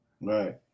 Right